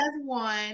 one